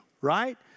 right